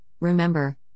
Remember